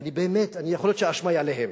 ואני באמת, יכול להיות שהאשמה היא עליהם,